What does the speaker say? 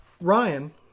Ryan